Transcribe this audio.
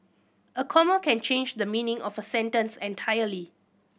a comma can change the meaning of a sentence entirely